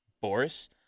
Boris